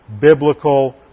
biblical